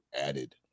added